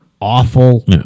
awful